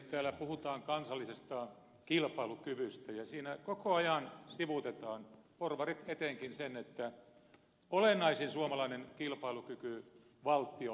täällä puhutaan kansallisesta kilpailukyvystä ja siinä koko ajan sivuutetaan porvarit etenkin se että olennaisin suomalainen kilpailukykyvaltti on kansan eheys